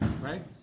right